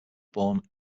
born